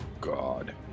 God